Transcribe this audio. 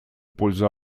пользу